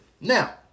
Now